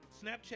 Snapchat